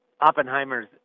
Oppenheimer's